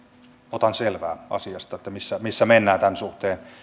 otan selvää missä missä mennään tämän asian suhteen